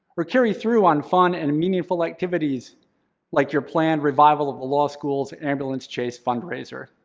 or carry through on fun and meaningful activities like your planned revival of the law school's ambulance chase fundraiser.